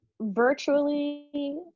virtually